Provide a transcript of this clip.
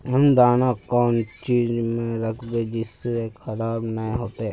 हम दाना कौन चीज में राखबे जिससे खराब नय होते?